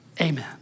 Amen